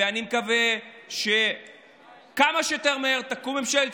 ואני מקווה שכמה שיותר מהר תקום ממשלת